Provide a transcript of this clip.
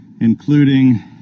including